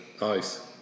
Nice